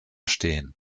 stehen